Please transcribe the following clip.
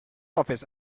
office